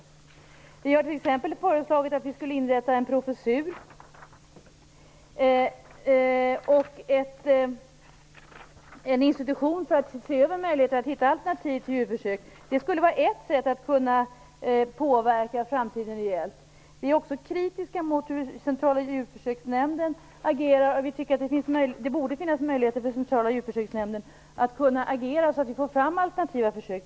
Vi har t.ex. föreslagit att man skulle inrätta en professur och en institution för att se över möjligheterna att hitta alternativ till djurförsök. Det skulle vara ett sätt att kunna påverka framtiden. Vi är också kritiska mot Centrala djurförsöksnämndens agerande. Vi tycker att det borde finnas möjligheter för Centrala djurförsöksnämnden att kunna agera för att få fram alternativa försök.